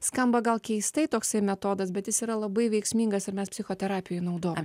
skamba gal keistai toksai metodas bet jis yra labai veiksmingas ir mes psichoterapijoj naudojam